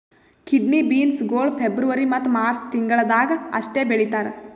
kidney beans ಗೊಳ್ February ಮತ್ತ March ತಿಂಗಿಳದಾಗ್ ಅಷ್ಟೆ ಬೆಳೀತಾರ್